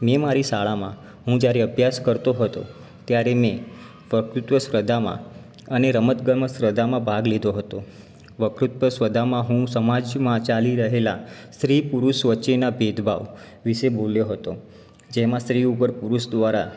મેં મારી શાળામાં હું જયારે અભ્યાસ કરતો હતો ત્યારે મેં વક્તૃત્ત્વ સ્પર્ધામાં અને રમતગમત સ્પર્ધામાં ભાગ લીધો હતો વક્તૃત્ત્વ સ્પર્ધામાં હું સમાજમાં ચાલી રહેલા સ્ત્રી પુરુષ વચ્ચેના ભેદભાવ વિશે બોલ્યો હતો જેમાં સ્ત્રી ઉપર પુરુષ દ્વારા